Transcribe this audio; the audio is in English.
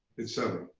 et cetera.